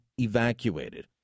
evacuated